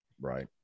Right